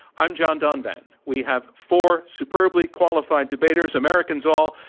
i'm john donvan. we have four superbly qualified debaters, americans all.